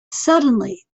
suddenly